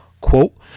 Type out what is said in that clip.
quote